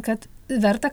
kad verta